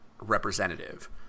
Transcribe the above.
representative